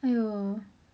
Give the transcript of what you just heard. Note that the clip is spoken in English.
!aiyo!